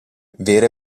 vere